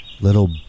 little